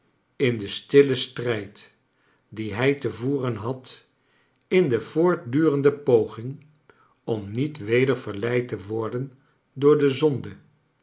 in den stillen strijd dien hij te voeren had in de voortdurende poging om niet weder verleid te worden door de zonde